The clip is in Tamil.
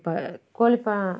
இப்போ கோழிப்ப